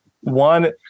One